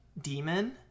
demon